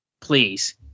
please